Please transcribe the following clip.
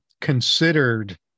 considered